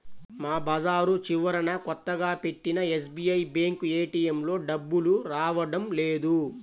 మా బజారు చివరన కొత్తగా పెట్టిన ఎస్బీఐ బ్యేంకు ఏటీఎంలో డబ్బులు రావడం లేదు